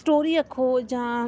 story आक्खो जां